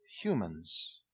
humans